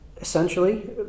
essentially